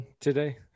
today